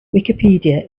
wikipedia